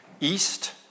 east